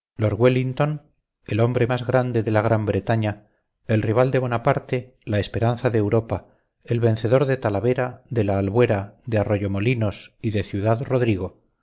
wellington el hombre más grande de la gran bretaña el rival de bonaparte la esperanza de europa el vencedor de talavera de la albuera de arroyo molinos y de